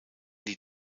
die